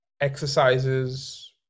exercises